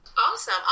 Awesome